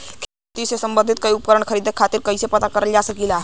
खेती से सम्बन्धित कोई उपकरण खरीदे खातीर कइसे पता करल जा सकेला?